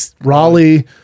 Raleigh